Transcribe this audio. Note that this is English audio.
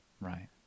Right